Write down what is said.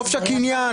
חופש הקניין,